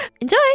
enjoy